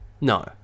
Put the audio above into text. No